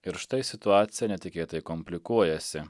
ir štai situacija netikėtai komplikuojasi